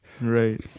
Right